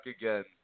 again